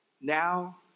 Now